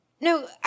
no